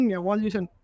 evolution